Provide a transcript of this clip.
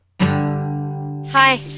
hi